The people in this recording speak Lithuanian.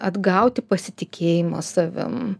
atgauti pasitikėjimą savim